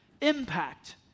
impact